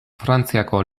frantziako